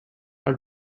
are